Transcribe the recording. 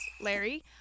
Larry